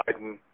Biden